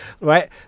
right